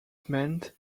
meant